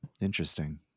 Interesting